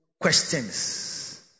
questions